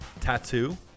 Tattoo